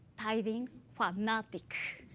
tidying fanatic.